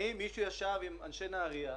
האם מישהו ישב עם אנשי נהריה,